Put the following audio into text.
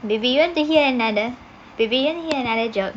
baby you want to hear another baby you want to hear another joke